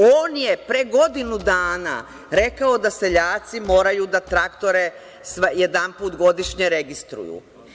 On je pre godinu dana rekao da seljaci moraju da traktore jedanput godišnje registruju.